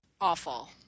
awful